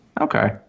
Okay